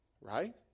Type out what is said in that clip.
Right